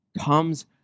comes